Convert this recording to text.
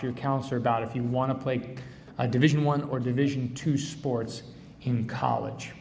to your counselor about if you want to play division one or division two sports in college